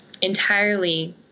entirely